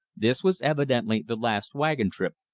this was evidently the last wagon-trip,